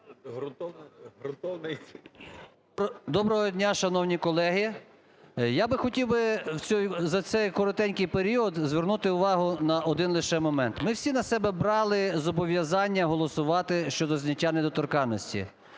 Доброго дня, шановні колеги. Я би хотів би за цей коротенький період звернути увагу на один лише момент. Ми всі на себе брали зобов'язання голосувати щодо зняття недоторканності.